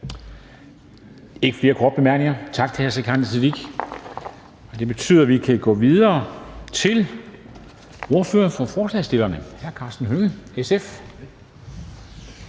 ikke flere korte bemærkninger, så tak til hr. Sikandar Siddique. Og det betyder, at vi kan gå videre til ordføreren for forslagsstillerne, hr. Karsten Hønge, SF.